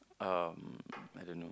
um I don't know